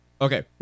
Okay